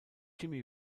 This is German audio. jimmy